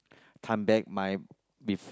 come back my with